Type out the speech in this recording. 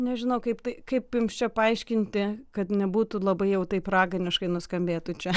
nežinau kaip tai kaip jums čia paaiškinti kad nebūtų labai jau taip raganiškai nuskambėtų čia